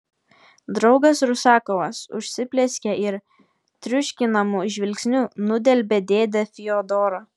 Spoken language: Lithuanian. draugas rusakovas užsiplieskė ir triuškinamu žvilgsniu nudelbė dėdę fiodorą